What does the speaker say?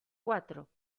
cuatro